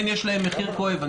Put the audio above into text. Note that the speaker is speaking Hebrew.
כן יש להן מחיר כואב,